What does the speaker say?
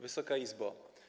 Wysoka Izbo!